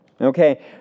Okay